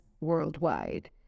worldwide